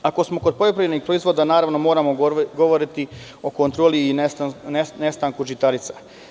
Ako smo kod poljoprivrednih proizvoda, naravno moramo govoriti i o kontroli i nestanku žitarica.